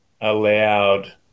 allowed